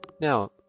Now